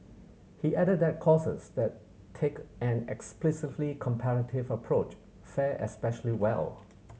he added that courses that take an explicitly comparative approach fare especially well